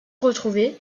retrouvé